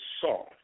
saw